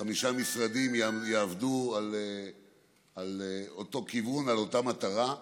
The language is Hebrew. שחמישה משרדים יעבדו באותו כיוון, לאותה מטרה,